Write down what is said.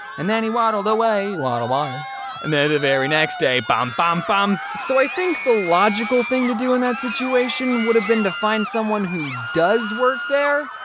and then he waddled away, waddle, waddle. and then the very next day, bum! bum! bum! so i think the logical thing to do in that situation would have been to find someone who does work there?